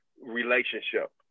relationship